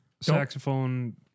Saxophone